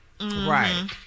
Right